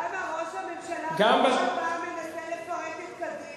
למה ראש הממשלה בכל פעם מנסה לפרק את קדימה?